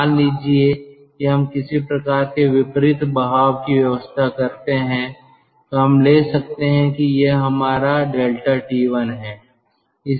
मान लीजिए कि हम किसी प्रकार के विपरीत बहाव की व्यवस्था करते हैं तो हम ले सकते हैं यह हमारा ∆T1 है